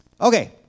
Okay